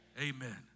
Amen